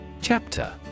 Chapter